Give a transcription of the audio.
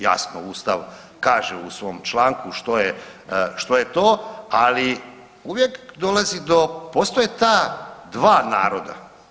Jasno Ustav kaže u svom članku što je, što je to, ali uvijek dolazi do, postoje ta dva naroda.